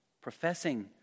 Professing